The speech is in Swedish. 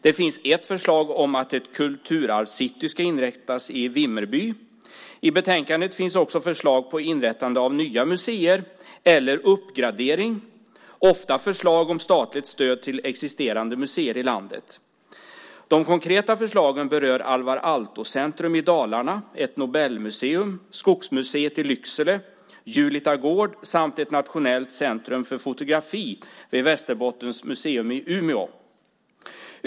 Det finns ett förslag om att ett kulturarvscity ska inrättas i Vimmerby. I betänkandet finns också förslag på inrättande av nya museer eller uppgradering. Det finns åtta förslag om statligt stöd till existerande museer i landet. De konkreta förslagen berör ett Alvar Aalto-centrum i Dalarna, ett Nobelmuseum, Skogsmuseet i Lycksele, Julita gård samt ett nationellt centrum för fotografi vid Västerbottens museum i Umeå.